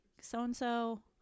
so-and-so